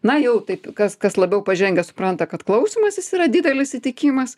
na jau taip kas kas labiau pažengę supranta kad klausymasis yra didelis įtikimas